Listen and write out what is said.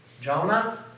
Jonah